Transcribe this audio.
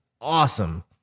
awesome